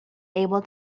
able